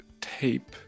tape